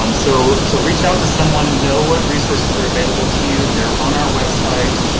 um so so reach out to someone, know what resources are available to you they're on our website,